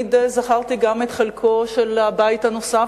תמיד זכרתי גם את חלקו של הבית הנוסף,